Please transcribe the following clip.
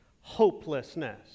hopelessness